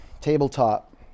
tabletop